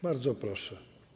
Bardzo proszę.